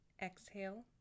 Exhale